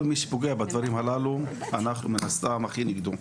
כל מי שפוגע בדברים הללו, אנחנו מן הסתם הכי נגדו.